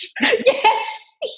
Yes